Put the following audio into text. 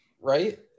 Right